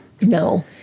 No